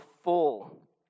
full